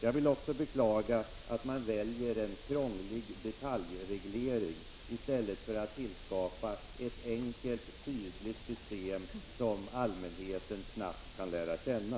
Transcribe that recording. Jag beklagar också att man väljer — Prot. 1985/86:50 en krånglig detaljreglering i stället för att skapa ett enkelt, tydligt systtemsom 12 december 1985 allmänheten snabbt kan lära känna.